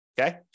Okay